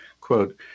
Quote